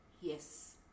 Yes